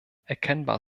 erkennbar